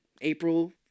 April